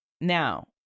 Now